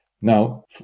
now